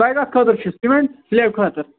تۄہہِ کَتھ خٲطرٕ چھُو سیٖمینٹ سِلیب خٲطرٕ